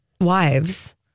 wives